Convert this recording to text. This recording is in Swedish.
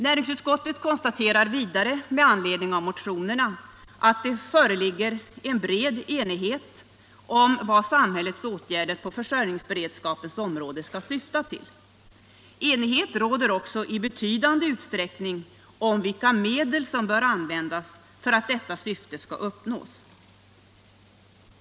Näringsutskottet konstaterar vidare, med anledning av motionerna, att det föreligger en bred enighet om vad samhällets åtgärder på försörjningsberedskapens område skall syfta till. Enighet råder också i betydande utsträckning om vilka medel som bör användas för att detta syfte skall uppnås.